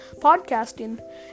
podcasting